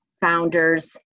founders